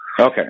Okay